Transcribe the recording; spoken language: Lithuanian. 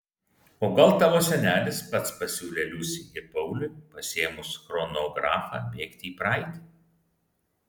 o gal tavo senelis pats pasiūlė liusei ir pauliui pasiėmus chronografą bėgti į praeitį